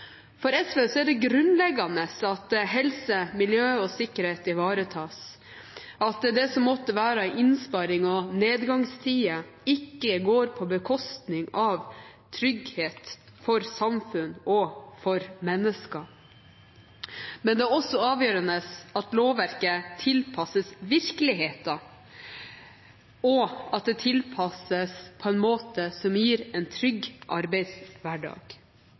For SV er det grunnleggende at helse, miljø og sikkerhet ivaretas, og at det som måtte være av innsparing og nedgangstider, ikke går på bekostning av trygghet for samfunn og for mennesker. Men det er også avgjørende at lovverket tilpasses virkeligheten, og at det tilpasses på en måte som gir en trygg arbeidshverdag.